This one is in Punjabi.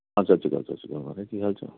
ਹਾਂ ਸਤਿ ਸ਼੍ਰੀ ਅਕਾਲ ਸਤਿ ਸ਼੍ਰੀ ਅਕਾਲ ਮਹਾਰਾਜ ਕੀ ਹਾਲ ਚਾਲ